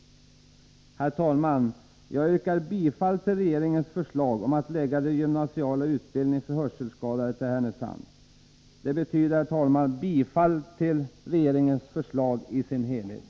Herr talman! Jag yrkar bifall till regeringens förslag om att förlägga den gymnasiala utbildningen för hörselskadade till Härnösand. Det betyder ett bifall till regeringens förslag i dess helhet.